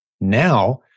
Now